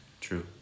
True